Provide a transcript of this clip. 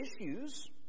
issues